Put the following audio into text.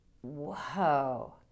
Whoa